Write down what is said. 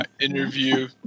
interview